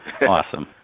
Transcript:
Awesome